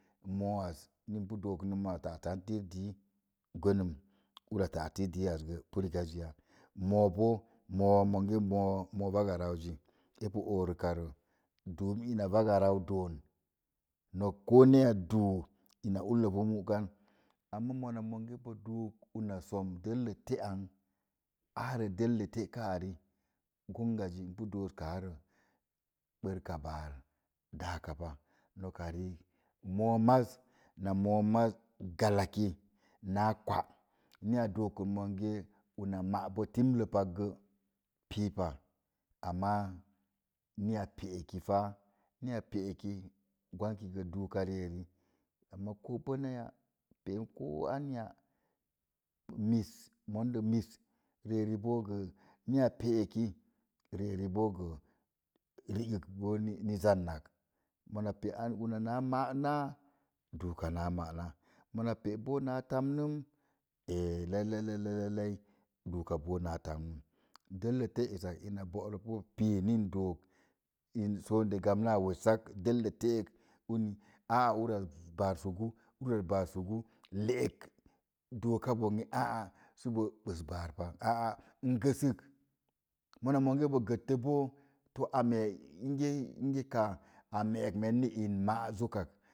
Moo az ni npu dookən dək mona ta'tan tiir dii, gwenəm ura ta’ tiir dii az gə pu rigazəya. Moo bo, moo monge moo, moo rega ran zi, epu oorəka rə, duum ina vega rau doon. Nok koo neeya duu ina ullə pu mu'kan. Amaa mona monge ɓo duuk una som dəllə te'ang, arə dəllə te'ka ari, gonga zi, npu dooskaarə, ɓəkka baar daakapa. Noka riik, moo maz, na moo maz gala ki naa kwa, ni a dookən monge una ma'bo timlə pak gə pii pa. Amaa ni a pe'eki pa, ni a pe'eki gwanki gə duuka ri'eri. Amaa ko bonaya pe'em koo anya mis, mondə mis, ri'eri bo gə ni a pe'eki, ri'eri boo gə ri'gək ba ni zanna. Mona pi an una naa ma'na, duuka naa ma'na, mona pé boo naa tamnən, ee lalla, lalla, lallai, duuka boo naa tamnəm. Dəllə tlo esak ina boꞌrə pu pii ni ndook, in gamna wessa dəllə te'ek, uni aa uraz baar sugu, uraz baar sugu, le'ek dooka bonge aa, səbo bəs baar pa. Aa, n gəsək. Mona monge bo gəttə bog too a mee inge inge ka̱a̱, a meekmen ni in ma'zokkak